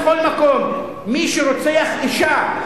בכל מקום: מי שרוצח אשה,